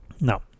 Now